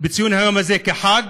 בציון היום הזה כחג